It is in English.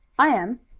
i am.